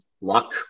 luck